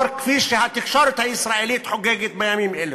כפי שהתקשורת הישראלית חוגגת בימים אלה.